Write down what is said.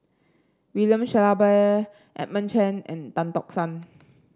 William Shellabear Edmund Chen and Tan Tock San